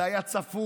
זה היה צפוי,